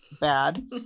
Bad